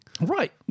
Right